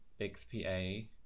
XPA